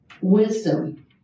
wisdom